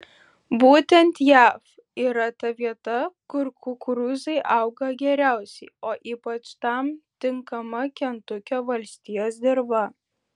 būtent jav yra ta vieta kur kukurūzai auga geriausiai o ypač tam tinkama kentukio valstijos dirva